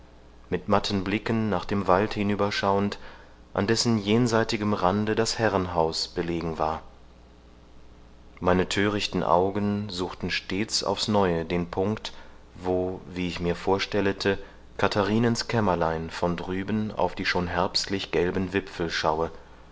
mit matten blicken nach dem wald hinüberschauend an dessen jenseitigem rande das herrenhaus belegen war meine thörichten augen suchten stets aufs neue den punkt wo wie ich mir vorstellete katharinens kämmerlein von drüben auf die schon herbstlich gelben wipfel schaue